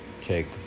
take